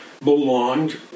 belonged